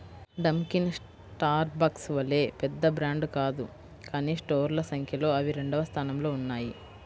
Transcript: Dunkin Starbucks వలె పెద్ద brand కాదు కానీ స్టోర్ల సంఖ్యలో అవి రెండవ స్థానంలో ఉన్నాయి